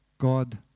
God